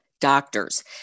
doctors